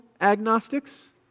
agnostics